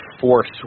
force